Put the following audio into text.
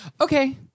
okay